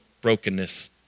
brokenness